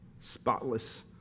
spotless